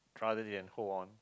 rather than hold on